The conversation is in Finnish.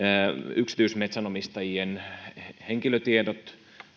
yksityismetsänomistajien henkilötiedot